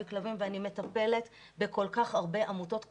ואני מטפלת בכל כך הרבה עמותות כושלות,